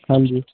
ਹਾਂਜੀ